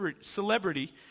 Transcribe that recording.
celebrity